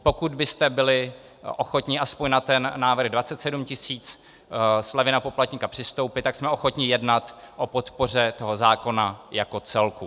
Pokud byste byli ochotni aspoň na ten návrh 27 000 slevy na poplatníka přistoupit, tak jsme ochotni jednat o podpoře tohoto zákona jako celku.